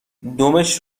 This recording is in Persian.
دمش